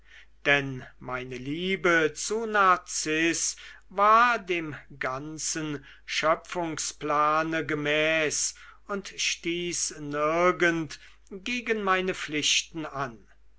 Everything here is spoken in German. denn meine liebe zu narziß war dem ganzen schöpfungsplane gemäß und stieß nirgend gegen meine pflichten an